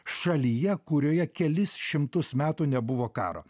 šalyje kurioje kelis šimtus metų nebuvo karo